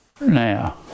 Now